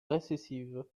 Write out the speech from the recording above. récessive